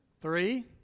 Three